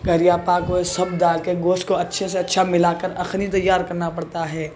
کریا پاک وہ سب ڈال کے گوشت کو اچھے سے اچھا ملا کر اخنی تیار کرنا پڑتا ہے